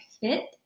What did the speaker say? fit